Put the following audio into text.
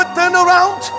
turnaround